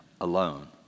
alone